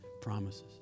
promises